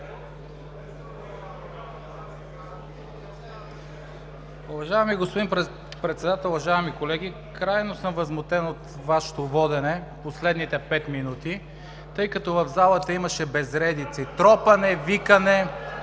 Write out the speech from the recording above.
Уважаеми господин Председател, уважаеми колеги! Крайно съм възмутен от Вашето водене в последните пет минути, тъй като в залата имаше безредици – тропане, викане,